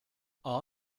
all